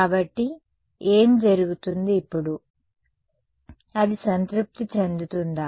కాబట్టి ఏమి జరుగుతుంది ఇప్పుడు అది సంతృప్తి చెందుతుందా